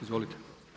Izvolite.